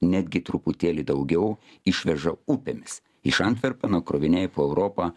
netgi truputėlį daugiau išveža upėmis iš antverpeno kroviniai po europą